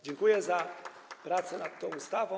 Dziękuję za pracę nad tą ustawą.